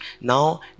now